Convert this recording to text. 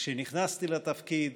כשנכנסתי לתפקיד,